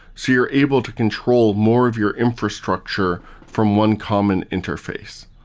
so you're able to control more of your infrastructure from one common interface.